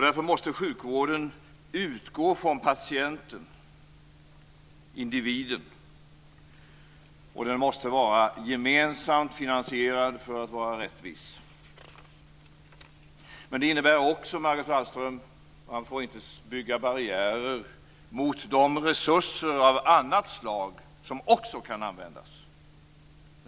Därför måste sjukvården utgå från patienten, individen. Den måste vara gemensamt finansierad för att vara rättvis. Men det innebär också, Margot Wallström, att man inte får bygga barriärer mot de resurser av annat slag som också kan användas.